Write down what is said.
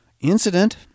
incident